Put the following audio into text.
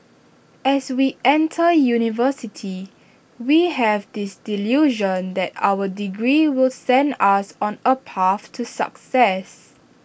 as we enter university we have this delusion that our degree will send us on A path to success